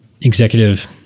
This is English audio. executive